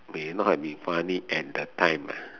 may not have been funny at the time lah